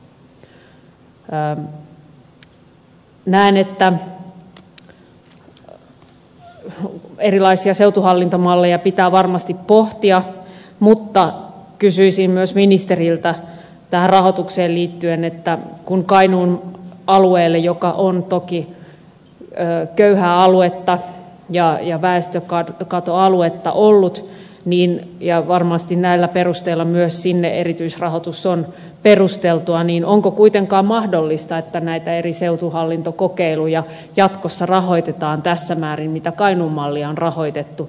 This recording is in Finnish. näen että erilaisia seutuhallintomalleja pitää varmasti pohtia mutta kysyisin myös ministeriltä tähän rahoitukseen liittyen kun kainuun alueelle joka on toki köyhää aluetta ja väestökatoaluetta ollut ja varmasti näillä perusteilla myös erityisrahoitus on perusteltua onko kuitenkaan mahdollista että näitä eri seutuhallintokokeiluja jatkossa rahoitetaan tässä määrin kuin kainuun mallia on rahoitettu